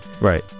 Right